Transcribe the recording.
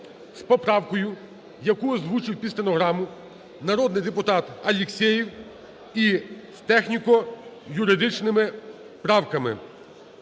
з поправкою, яку озвучив під стенограму народний депутат Алексєєв і з техніко-юридичними правками.